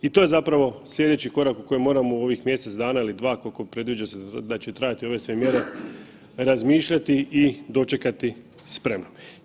I to je zapravo slijedeći korak o kojem moramo u ovih mjesec dana ili dva, koliko predviđa se da će trajati ove sve mjere, razmišljati i dočekati spreman.